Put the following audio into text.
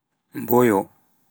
mboyo